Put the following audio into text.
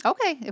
Okay